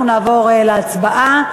אנחנו נעבור להצבעה,